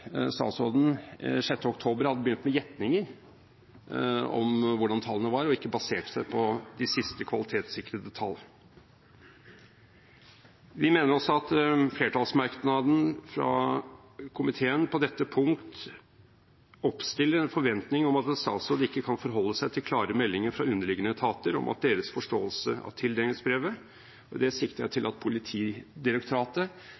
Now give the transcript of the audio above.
statsråden 6. oktober hadde begynt med gjetninger om hvordan tallene var, og ikke basert seg på de siste, kvalitetssikrede tall. Vi mener også at flertallsmerknaden fra komiteen på dette punkt oppstiller en forventning om at en statsråd ikke kan forholde seg til klare meldinger fra underliggende etater om deres forståelse av tildelingsbrevet. Med det sikter jeg til at Politidirektoratet